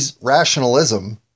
rationalism